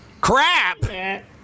crap